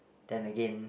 then again